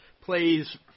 plays